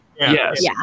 Yes